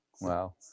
Wow